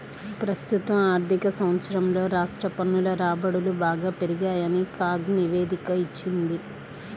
ప్రస్తుత ఆర్థిక సంవత్సరంలో రాష్ట్ర పన్నుల రాబడులు బాగా పెరిగాయని కాగ్ నివేదిక ఇచ్చింది